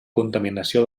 contaminació